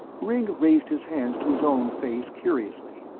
ringg raised his hands to his own face curiously.